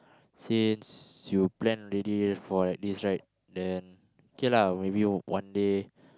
since you plan already for like this right then okay lah maybe one day